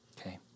Okay